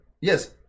yes